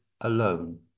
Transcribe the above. alone